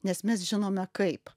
nes mes žinome kaip